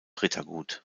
rittergut